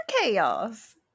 chaos